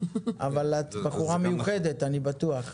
אבל את בחורה מיוחדת, אני בטוח.